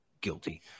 Guilty